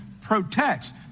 protects